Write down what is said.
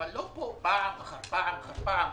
אבל לא פה פעם אחר פעם אחר פעם,